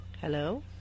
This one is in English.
Hello